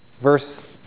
verse